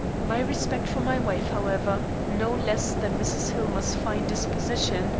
my respect for my wife, however, no less than mrs. hillmer's fine disposition,